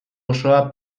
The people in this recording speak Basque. osoa